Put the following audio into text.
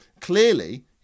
Clearly